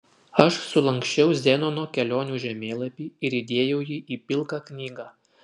aš sulanksčiau zenono kelionių žemėlapį ir įdėjau jį į pilką knygą